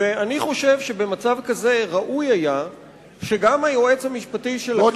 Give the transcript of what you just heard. ואני חושב שבמצב כזה ראוי היה שגם היועץ המשפטי של הכנסת,